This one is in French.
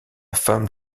femme